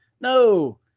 no